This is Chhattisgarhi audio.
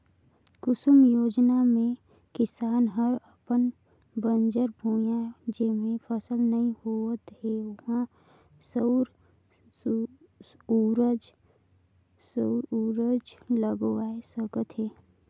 कुसुम योजना मे किसान हर अपन बंजर भुइयां जेम्हे फसल नइ होवत हे उहां सउर उरजा लगवाये सकत हे